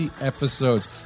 episodes